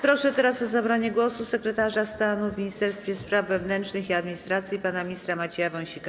Proszę teraz o zabranie głosu sekretarza stanu w Ministerstwie Spraw Wewnętrznych i Administracji pana ministra Macieja Wąsika.